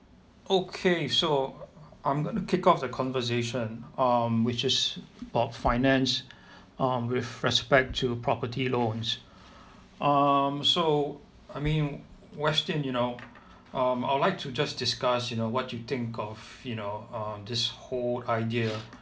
okay so I'm gonna kick off the conversation um which is about finance um with respect to property loans um so I mean westian you know um I would like to just discuss you know what you think of you know uh this whole idea